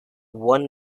one